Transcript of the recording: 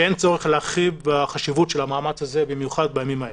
שאין צורך להרחיב בחשיבות של המאמץ הזה במיוחד בימים האלה.